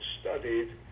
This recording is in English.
studied